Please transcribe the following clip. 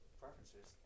preferences